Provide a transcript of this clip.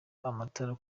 amatara